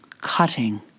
cutting